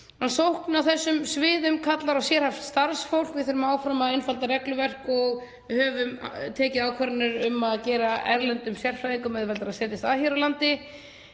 Sókn á þessum sviðum kallar á sérhæft starfsfólk. Við þurfum áfram að einfalda regluverk og höfum tekið ákvarðanir um að gera erlendum sérfræðingum auðveldara að setjast að hér á landi.